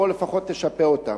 בוא תשפה אותם